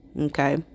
Okay